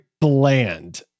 bland